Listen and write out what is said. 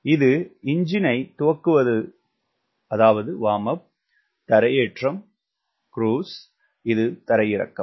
இது எஞ்சினைத் துவக்குவது தரையேற்றம் இது குரூஸ் மற்றும் இது தரையிறக்கம்